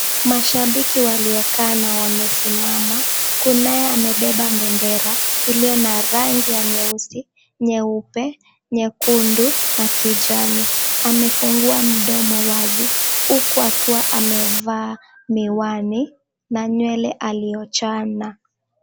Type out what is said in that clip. Mashabiki waliokaa na wamesimama kunaye anayebeba bendera iliyo na rangi nyeusi, nyeupe, nyekundu na kijani amefungua mdomo wazi huku akiwa amevaa miwani na nywele aliochana.